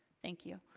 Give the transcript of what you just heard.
thank you.